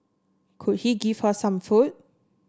could he give her some food